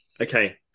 Okay